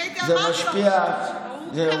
אני, הוא קרא לי.